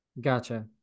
Gotcha